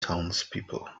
townspeople